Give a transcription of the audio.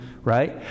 right